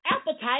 appetite